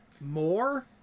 more